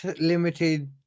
limited